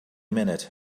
minute